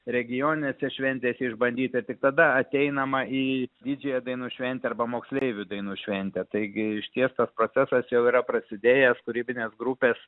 regioninėse šventėse išbandyt ir tik tada ateinama į didžiąją dainų šventę arba moksleivių dainų šventę taigi išties tas procesas jau yra prasidėjęs kūrybinės grupės